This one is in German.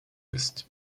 ist